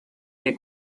que